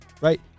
right